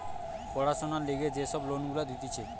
পড়াশোনার লিগে যে সব লোন গুলা দিতেছে